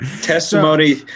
testimony